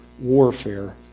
warfare